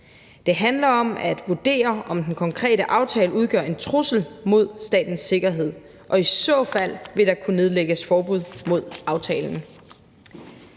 Det handler om at vurdere, om den konkrete aftale udgør en trussel mod statens sikkerhed, og i så fald vil der kunne nedlægges forbud mod aftalen.